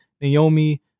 Naomi